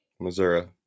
Missouri